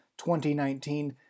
2019